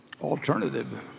alternative